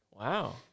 Wow